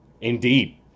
Indeed